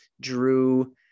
Drew